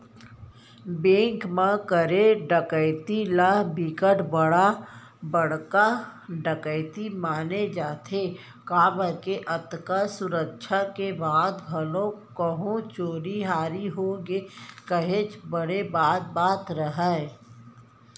bank म करे डकैती ल बिकट बड़का डकैती माने जाथे काबर के अतका सुरक्छा के बाद घलोक कहूं चोरी हारी होगे काहेच बड़े बात बात हरय